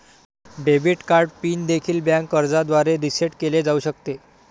debit card PIN देखील bank अर्जाद्वारे reset केले जाऊ शकते